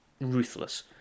ruthless